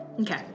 Okay